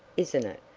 isn't it?